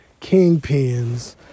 kingpins